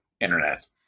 Internet